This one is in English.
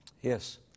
Yes